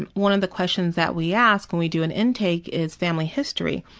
and one of the questions that we ask when we do an intake is family history.